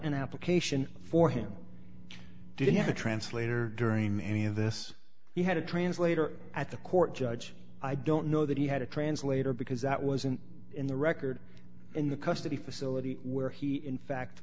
an application for him didn't have a translator during any of this he had a translator at the court judge i don't know that he had a translator because that wasn't in the record in the custody facility where he in fact